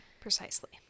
Precisely